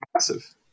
massive